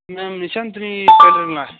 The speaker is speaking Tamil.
மேம் நிஷாந்த்ரி டெய்லருங்களா